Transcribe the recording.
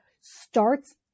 starts